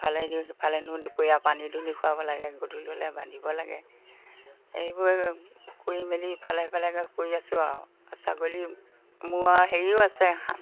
ইফালে নিওঁ সিফালে নিওঁ দুপৰীয়া পানী দুনি খুৱাব লাগে গধূলি হ'লে বান্ধিব লাগে সেইবোৰে কৰি মেলি ইফালে সিফালে কৰি আছোঁ আৰু ছাগলী মোৰ আৰু হেৰিও আছে